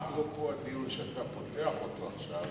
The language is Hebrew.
אפרופו הדיון שאתה פותח עכשיו,